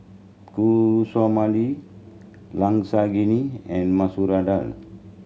Guacamole Lasagne and Masoor Dal